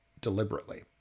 deliberately